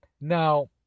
now